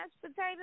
potatoes